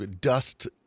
dust